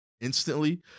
instantly